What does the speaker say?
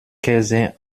käse